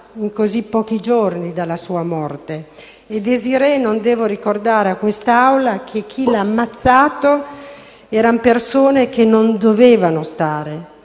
a così pochi giorni dalla sua morte e non devo ricordare a quest'Assemblea che chi l'ha uccisa erano persone che non dovevano stare